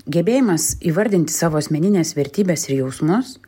gebėjimas įvardinti savo asmenines vertybes ir jausmus